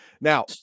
now